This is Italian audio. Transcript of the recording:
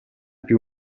più